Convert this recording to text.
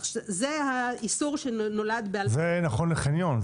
זה נכון לחניון.